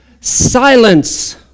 silence